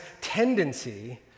tendency